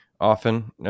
often